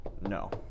No